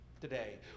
today